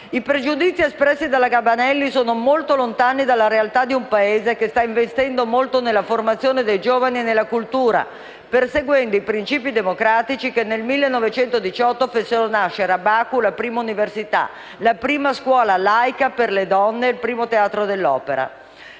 I pregiudizi espressi dalla Gabanelli sono molto lontani dalla realtà di un Paese che sta investendo molto nella formazione dei giovani e nella cultura, perseguendo i principi democratici che nel 1918 fecero nascere a Baku la prima università, la prima scuola laica per le donne, il primo teatro dell'opera.